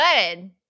good